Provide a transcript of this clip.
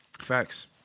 Facts